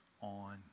on